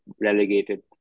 relegated